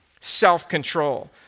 self-control